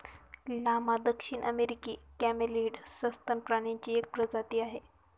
llama दक्षिण अमेरिकी camelid सस्तन प्राण्यांची एक प्रजाती आहे